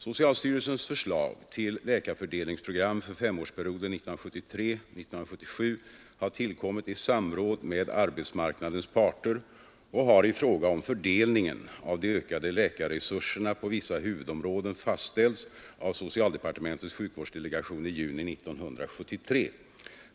Socialstyrelsens förslag till läkarfördelningsprogram för femårsperioden 1973-1977 har tillkommit i samråd med arbetsmarknadens parter och har i fråga om fördelningen av de ökande läkarresurserna på vissa huvudområden fastställts av socialdepartementets sjukvårdsdelegation i juni 1973.